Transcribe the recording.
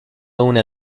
una